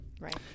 Right